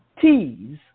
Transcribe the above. T's